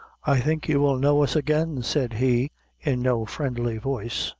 i think you will know us again, said he in no friendly voice.